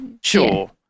Sure